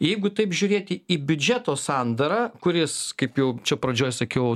jeigu taip žiūrėti į biudžeto sandarą kuris kaip jau čia pradžioje sakiau